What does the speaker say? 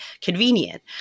convenient